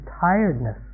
tiredness